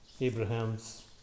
Abraham's